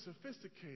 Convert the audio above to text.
sophisticated